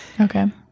Okay